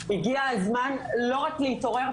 הגיע הזמן לא רק להתעורר,